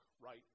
right